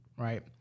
Right